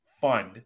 fund